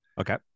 Okay